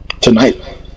tonight